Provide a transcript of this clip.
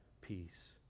peace